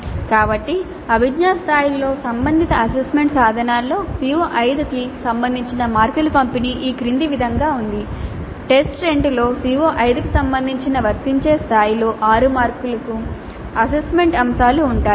కాబట్టి అభిజ్ఞా స్థాయిలలో సంబంధిత అసెస్మెంట్ సాధనాల్లో CO5 కి సంబంధించిన మార్కుల పంపిణీ ఈ క్రింది విధంగా ఉంది టెస్ట్ 2 లో CO5 కి సంబంధించిన వర్తించే స్థాయిలో 6 మార్కులకు అసెస్మెంట్ అంశాలు ఉంటాయి